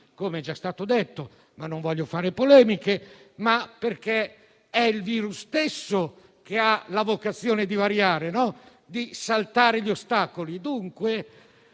come è già stato detto (ma non voglio fare polemiche), ma perché il virus stesso ha la vocazione di variare, di saltare gli ostacoli.